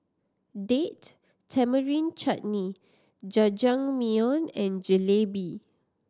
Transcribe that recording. Date Tamarind Chutney Jajangmyeon and Jalebi